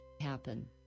happen